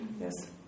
yes